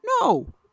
No